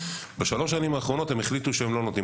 בשלוש השנים האחרונות הם החליטו שהם לא נותנים,